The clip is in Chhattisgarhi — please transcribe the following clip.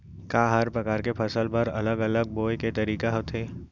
का हर प्रकार के फसल बर अलग अलग बोये के तरीका होथे?